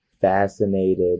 fascinated